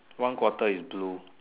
one quarter is blue